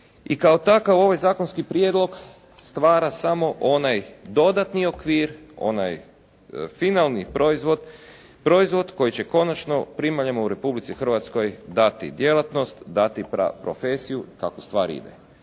I kao takav, ovaj zakonski prijedlog stvara samo onaj dodatni okvir, onaj finalni proizvod, proizvod koji će konačno primaljama u Republici Hrvatskoj dati djelatnost, dati profesiju kako stvar ide.